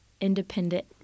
independent